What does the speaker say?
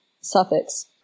suffix